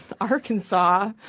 Arkansas